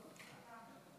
בבקשה.